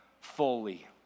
fully